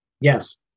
yes